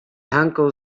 uncle